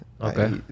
okay